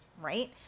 right